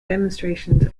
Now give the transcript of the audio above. demonstrations